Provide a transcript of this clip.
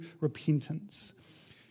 repentance